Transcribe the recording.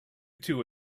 two